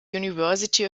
university